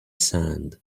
sand